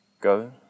go